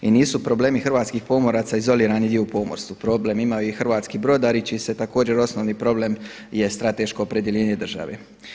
I nisu problemi hrvatskih pomoraca izolirani i … pomorstvu, problem imaju i hrvatski brodari čiji se također osnovni problem je strateško opredjeljenje države.